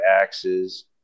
axes